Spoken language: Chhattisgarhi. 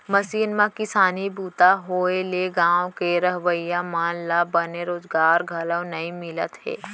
मसीन म किसानी बूता होए ले गॉंव के रहवइया मन ल बने रोजगार घलौ नइ मिलत हे